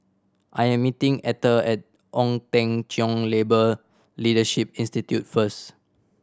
I am meeting Ether at Ong Teng Cheong Labour Leadership Institute first